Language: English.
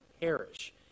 perish